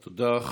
תודה.